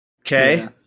Okay